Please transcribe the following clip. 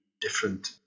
different